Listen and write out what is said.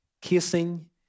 kissing